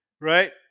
right